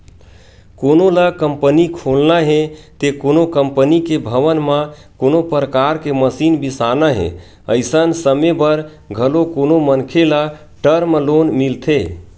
कोनो ल कंपनी खोलना हे ते कोनो कंपनी के भवन म कोनो परकार के मसीन बिसाना हे अइसन समे बर घलो कोनो मनखे ल टर्म लोन मिलथे